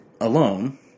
alone